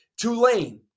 Tulane